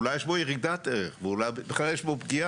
אולי יש בו ירידת ערך ובכלל יש בו פגיעה.